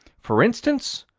for instance,